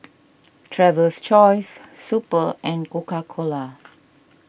Traveler's Choice Super and Coca Cola